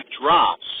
drops